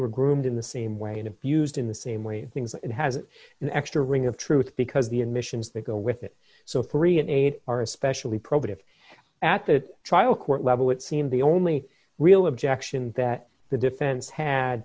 were groomed in the same way and abused in the same way and things it has an extra ring of truth because the admissions that go with it so free and aid are especially probative at the trial court level it seemed the only real objection that the defense had